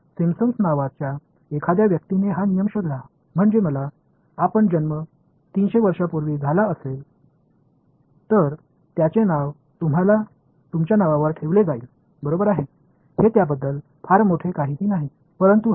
எனவே சிம்ப்சன் என்ற ஒருவர் இந்த விதியைக் கண்டுபிடித்தார் அதாவது நீங்கள் 300 ஆண்டுகளுக்கு முன்பு பிறந்திருந்தால் அதற்கு உங்கள் பெயரிடப்படும் இது பற்றி பெரிதாக எதுவும் இல்லை